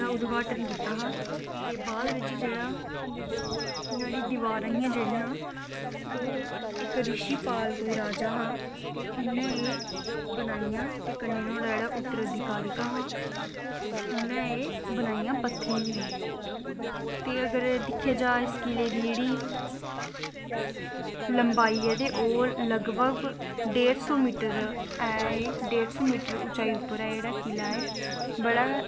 इन्ना सोह्ना उत्थें अग्गैं पिच्छें दकानां बनी दियां न इन्नी शैल मन्दर च उत्थें गे हे उत्थें मान्यता ही कि खम्भै जिंत्थें घ्यो कन्नै रपे गी डोबियै ते रपे गी दवार कन्नै चिपकाई ओड़ना ते उत्थें मान्यता ऐ स्वर्ग दा दरवाजा ऐ उत्थें ओह् रपे चिपकी जंदा ते असें बी कीता हा में बी कीता हा मेरे घरे आह्लैं बी कीता हा घ्यो च रपेआ